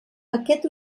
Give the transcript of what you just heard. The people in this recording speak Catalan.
aquest